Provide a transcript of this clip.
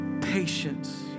Patience